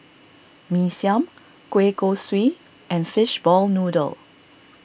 Mee Siam Kueh Kosui and Fishball Noodle